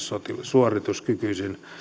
suorituskykyisin